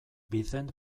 vicent